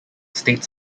state